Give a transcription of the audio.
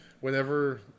whenever